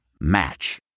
Match